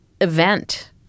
event